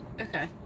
okay